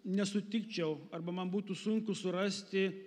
nesutikčiau arba man būtų sunku surasti